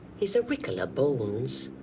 he's a rickle of bones.